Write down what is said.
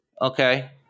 Okay